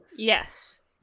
Yes